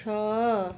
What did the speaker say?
ଛଅ